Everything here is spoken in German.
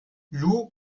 lou